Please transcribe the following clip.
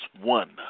one